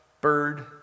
bird